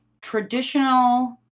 traditional